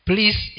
Please